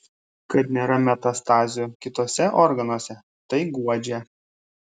kad nėra metastazių kituose organuose tai guodžia